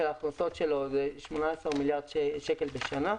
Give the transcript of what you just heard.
ההכנסות שלו הוא 18 מיליארד שקל בשנה.